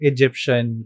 Egyptian